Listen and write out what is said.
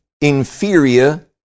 inferior